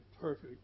perfect